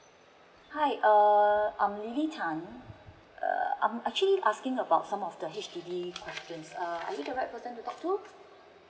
hi err I'm lilly tan um I'm actually asking about some of the H_D_B question ah are you the right person to talk to